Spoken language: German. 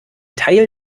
teil